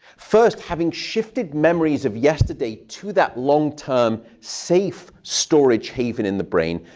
first, having shifted memories of yesterday to that long-term, safe storage haven in the brain,